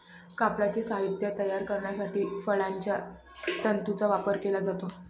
कापडाचे साहित्य तयार करण्यासाठी फळांच्या तंतूंचा वापर केला जातो